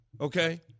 Okay